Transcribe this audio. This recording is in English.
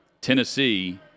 Tennessee